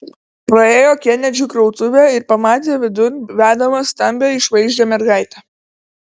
praėjo kenedžių krautuvę ir pamatė vidun vedamą stambią išvaizdžią mergaitę